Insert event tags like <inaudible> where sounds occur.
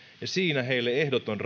siinä heille ehdoton <unintelligible>